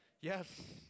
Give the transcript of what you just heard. Yes